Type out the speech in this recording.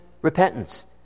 repentance